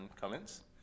comments